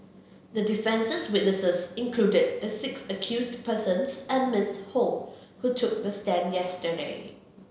the defence's witnesses included the six accused persons and Miss Ho who took the stand yesterday